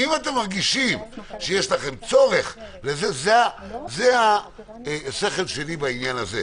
אם אתם מרגישים שיש לכם צורך זה ההיגיון שלי בעניין הזה,